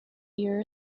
bear